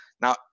now